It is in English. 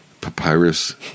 Papyrus